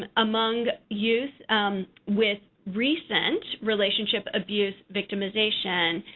ah among youth with recent relationship abuse victimization,